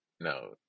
No